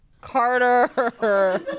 Carter